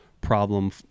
problem